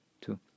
two